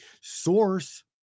source